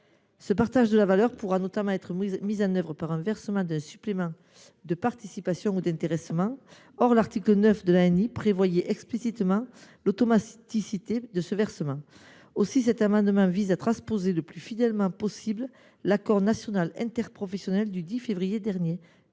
Ce partage de la valeur pourra notamment être mis en œuvre par le versement d’un supplément de participation ou d’intéressement. Or l’article 9 de l’ANI prévoyait explicitement l’automaticité de ce versement. Cet amendement vise donc à transposer le plus fidèlement possible l’accord national interprofessionnel du 10 février dernier.